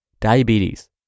Diabetes